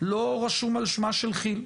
לא רשום על שמה של כי"ל.